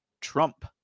Trump